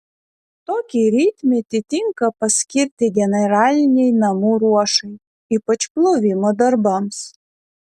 tokį rytmetį tinka paskirti generalinei namų ruošai ypač plovimo darbams